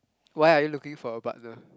why are you looking for a partner